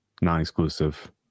Non-exclusive